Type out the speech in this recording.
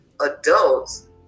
adults